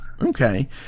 Okay